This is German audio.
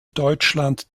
deutschland